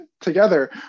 together